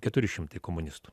keturi šimtai komunistų